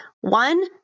one